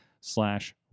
slash